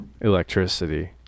electricity